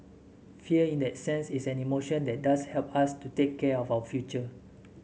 fear in that sense is an emotion that does help us to take care of our future